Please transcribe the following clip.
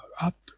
up